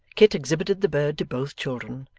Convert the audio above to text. kit exhibited the bird to both children,